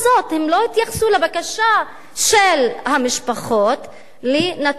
הם לא התייחסו לבקשה של המשפחות לנתח,